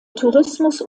tourismus